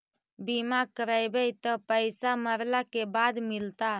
बिमा करैबैय त पैसा मरला के बाद मिलता?